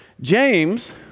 James